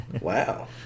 Wow